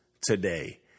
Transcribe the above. today